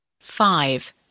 Five